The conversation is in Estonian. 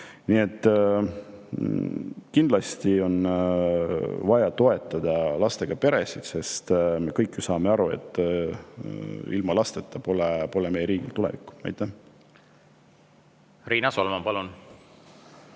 Nii et kindlasti on vaja toetada lastega peresid, sest me kõik ju saame aru, et ilma lasteta pole meie riigil tulevikku. Riina Solman, palun!